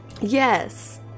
yes